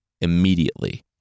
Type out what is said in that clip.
immediately